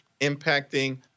impacting